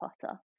Potter